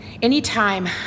Anytime